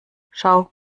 schau